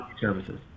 services